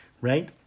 right